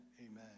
Amen